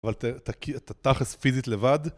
אבל אתה תכסל פיזית לבד?